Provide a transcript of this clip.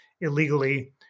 illegally